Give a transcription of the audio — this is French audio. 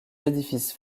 édifices